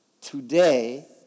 Today